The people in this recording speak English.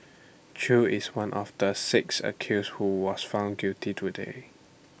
chew is one of the six accused who was found guilty today